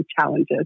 challenges